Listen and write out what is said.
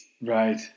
right